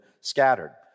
scattered